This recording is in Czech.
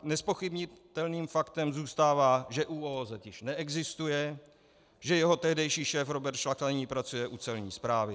Nezpochybnitelným faktem zůstává, že ÚOOZ již neexistuje, že jeho tehdejší šéf Robert Šlachta nyní pracuje u Celní správy.